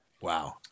Wow